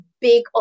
big